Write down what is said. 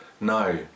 No